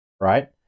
right